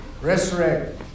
resurrect